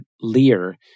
Lear